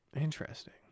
Interesting